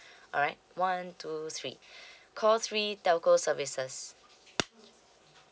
alright one two three call three telco services